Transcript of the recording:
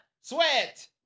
Sweat